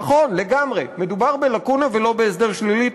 נכון, לגמרי, מדובר בלקונה, ולא בהסדר שלילי.